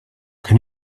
can